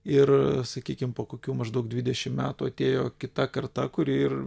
ir sakykim po kokių maždaug dvidešimt metų atėjo kita karta kuri ir